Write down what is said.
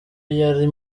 yari